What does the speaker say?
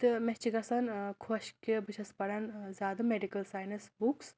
تہٕ مےٚ چھِ گژھان خوش کہِ بہٕ چھَس پران زیادٕ میڈیکل ساینس بُکس